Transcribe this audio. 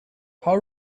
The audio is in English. how